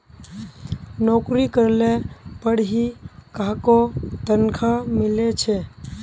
नोकरी करले पर ही काहको तनखा मिले छे